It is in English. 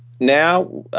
now,